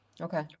Okay